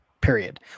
Period